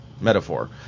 metaphor